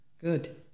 Good